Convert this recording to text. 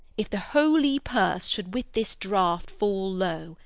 if the holy purse should with this draught fall low,